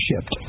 shipped